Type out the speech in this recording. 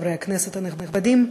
חברי הכנסת הנכבדים,